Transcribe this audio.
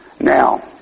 Now